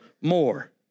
more